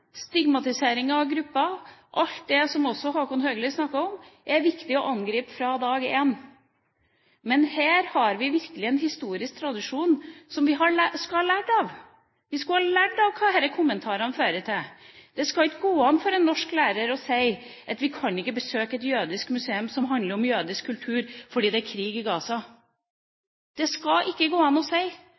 stigmatiseringen av grupper – og alt det som Håkon Haugli snakket om – er det viktig å angripe fra dag 1. Her har vi virkelig en historisk tradisjon som vi skulle ha lært av. Vi skulle ha lært av hva slike kommentarer fører til. Det skal ikke kunne gå an for en norsk lærer å si at vi kan ikke besøke et jødisk museum som handler om jødisk kultur fordi det er krig i Gaza. Det skal det ikke gå an å si.